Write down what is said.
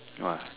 !wah!